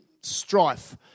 strife